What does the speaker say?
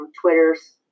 Twitters